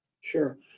Sure